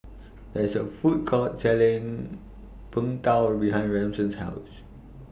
There IS A Food Court Selling Png Tao behind Ramon's House